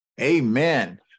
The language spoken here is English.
Amen